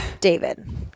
David